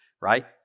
right